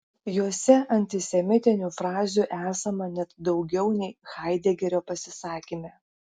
juose antisemitinių frazių esama net daugiau nei haidegerio pasisakyme